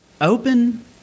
open